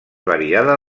variada